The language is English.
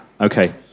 Okay